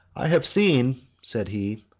i have seen, said he,